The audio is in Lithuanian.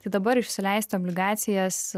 tai dabar išsileisti obligacijas